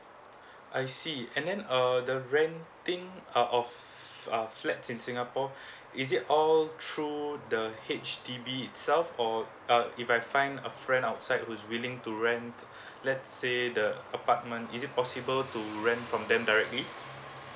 I see and then err the renting uh of uh flats in singapore is it all through err the H_D_B itself or uh if I find a friend outside who is willing to rent let's say the apartment is it possible to rent from them directly